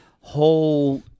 whole